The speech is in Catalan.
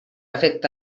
afecte